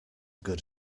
good